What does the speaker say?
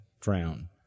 drown